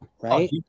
Right